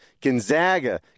Gonzaga